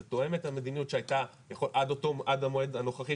זה תואם את המדיניות שהייתה עד המועד הנוכחי,